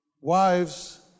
Wives